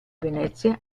venezia